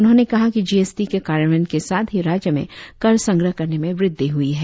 उन्होंने कहा कि जीएसटी के कार्यान्वयन के साथ ही राज्य में कर संग्रह करने में वृद्धि हुई है